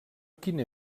quina